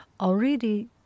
Already